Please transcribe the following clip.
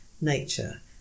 nature